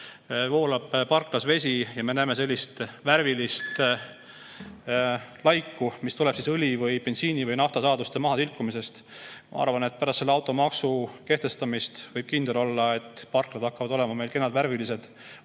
voolab parklas vesi, sellist värvilist laiku, mis tuleb õli või bensiini või naftasaaduste maha tilkumisest. Ma arvan, et pärast automaksu kehtestamist võib olla kindel, et parklad hakkavad olema meil kenad värvilised oluliselt